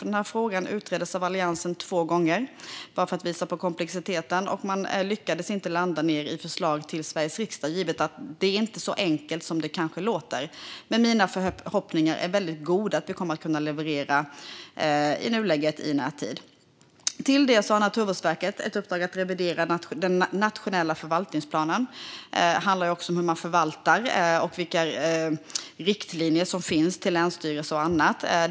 Den utreddes nämligen två gånger av Alliansen - det visar på komplexiteten - men man lyckades inte landa i ett förslag till Sveriges riksdag. Det är alltså inte så enkelt som det kan låta. Men jag har stora förhoppningar att vi kommer att kunna leverera i närtid. Naturvårdsverket har också i uppdrag att revidera den nationella förvaltningsplanen. Det handlar om hur man förvaltar och vilka riktlinjer som finns för länsstyrelser och andra.